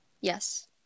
yes